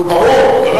נו, ברור.